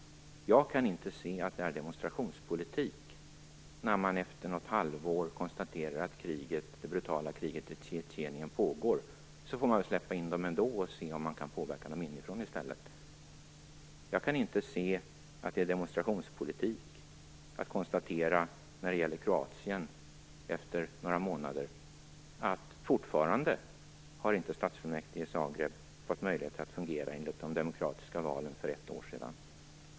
Jag kan inte se att det är en demonstrationspolitik när man efter något halvår konstaterar att det brutala kriget i Tjetjenien pågår. Så ska man släppa in dem ändå och se om man kan påverka dem inifrån i stället! Jag kan inte se att det är demonstrationspolitik att konstatera att stadsfullmäktige i Zagreb, Kroatien, fortfarande inte fått möjligheter att fungera i enlighet med de demokratiska valen för ett år sedan.